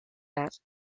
that